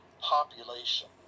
population